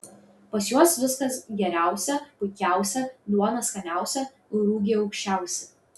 pas juos viskas geriausia puikiausia duona skaniausia rugiai aukščiausi